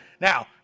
Now